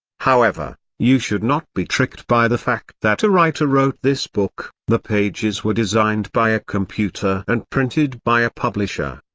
however, you should not be tricked by the fact that a writer wrote this book, the pages were designed by a computer and printed by a publisher.